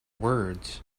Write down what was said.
words